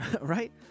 right